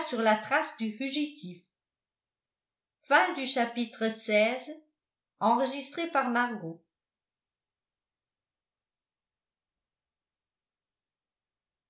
la trace du fugitif